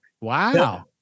wow